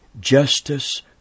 Justice